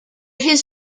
his